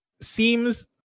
seems